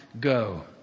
go